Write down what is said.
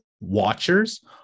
watchers